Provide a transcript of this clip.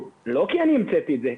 לא כי אני המצאתי את זה,